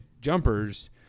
jumpers